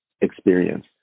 experience